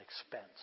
expense